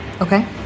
Okay